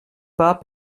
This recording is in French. pas